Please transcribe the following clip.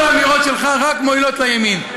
כל האמירות שלך רק מועילות לימין.